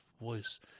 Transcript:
voice